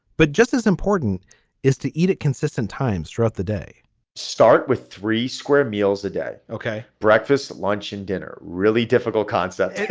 but just as important is to eat at consistent times throughout the day start with three square meals a day. ok breakfast lunch and dinner. really difficult concept.